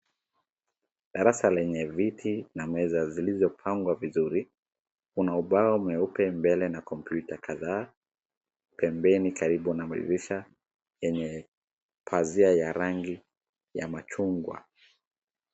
Darasa lenye viti na meza zilizopangwa vizuri. Kuna ubao mweupe mbele na kompyuta kadhaa pembeni karibu na madirisha yenye pazia ya rangi ya machungwa.